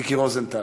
מיקי רוזנטל.